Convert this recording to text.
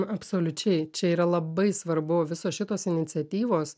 absoliučiai čia yra labai svarbu visos šitos iniciatyvos